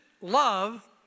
love